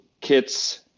kits